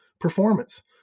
performance